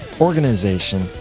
organization